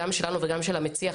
גם שלנו וגם של המציע,